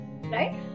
right